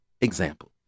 example